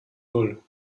null